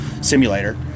simulator